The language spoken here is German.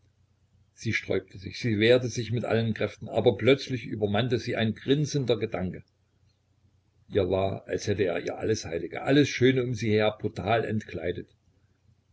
sie sträubte sich sie wehrte sich mit allen kräften aber plötzlich übermannte sie ein grinsender gedanke ihr war als hätte er ihr alles heilige alles schöne um sie her brutal entkleidet